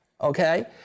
Okay